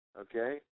Okay